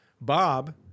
Bob